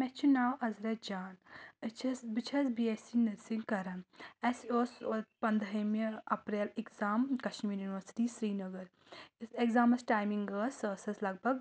مےٚ چھُ ناو عزرا جان أسۍ چھَس بہٕ چھَس بی ایس سی نرسِنٛگ کَران اَسہِ اوس پنٛدہیمہِ April exam Kashmir university Srinagar یتھ اؠگزامَس ٹایمِنٛگ ٲس سۄ ٲس اسہِ لگ بگ